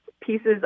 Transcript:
pieces